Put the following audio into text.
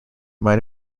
might